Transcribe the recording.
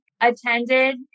attended